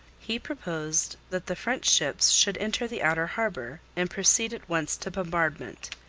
he proposed that the french ships should enter the outer harbour, and proceed at once to bombardment.